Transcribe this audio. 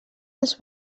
els